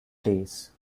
days